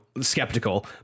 skeptical